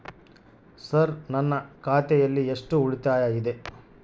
Sir ನನ್ನ ಖಾತೆಯಲ್ಲಿ ಎಷ್ಟು ಉಳಿತಾಯ ಇದೆ?